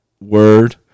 word